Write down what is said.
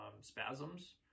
spasms